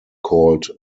called